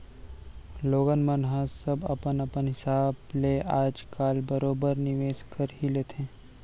लोगन मन ह सब अपन अपन हिसाब ले आज काल बरोबर निवेस कर ही लेथे